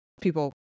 people